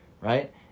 right